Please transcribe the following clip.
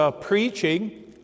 preaching